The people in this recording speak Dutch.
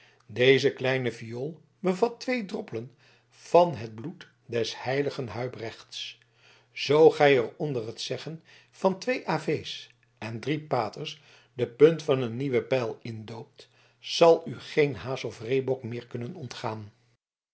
deze kleine fiool bevat twee droppelen van het bloed des heiligen huybrechts zoo gij er onder het zeggen van twee aves en drie paters de punt van een nieuwen pijl indoopt zal u geen haas of reebok meer kunnen ontgaan